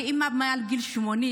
כי האימא היא מעל גיל 80,